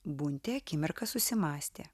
buntė akimirką susimąstė